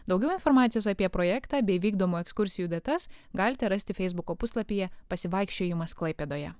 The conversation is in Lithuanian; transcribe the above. daugiau informacijos apie projektą bei vykdomų ekskursijų datas galite rasti feisbuko puslapyje pasivaikščiojimas klaipėdoje